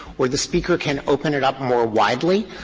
or the speaker can open it up more widely.